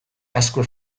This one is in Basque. azkue